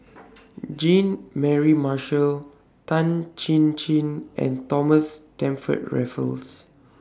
Jean Mary Marshall Tan Chin Chin and Thomas Stamford Raffles